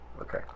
Okay